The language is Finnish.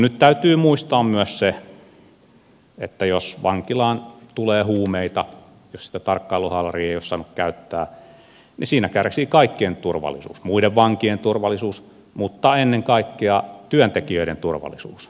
nyt täytyy muistaa myös se että jos vankilaan tulee huumeita jos sitä tarkkailuhaalaria ei ole saanut käyttää niin siinä kärsii kaikkien turvallisuus muiden vankien turvallisuus mutta ennen kaikkea työntekijöiden turvallisuus